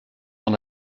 dans